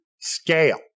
scale